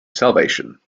salvation